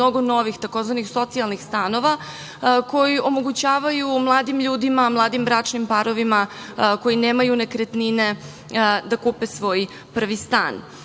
mnogo novih tzv. socijalnih stanova, koji omogućavaju mladim ljudima, mladim bračnim parovima koji nemaju nekretnine da kupe svoj prvi stan. Danas